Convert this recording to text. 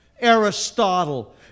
Aristotle